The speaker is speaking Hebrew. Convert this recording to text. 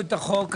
את החוק.